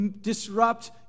disrupt